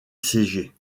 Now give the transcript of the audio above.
siéger